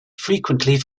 frequently